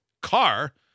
car